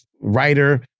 writer